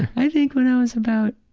i think when i was about,